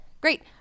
Great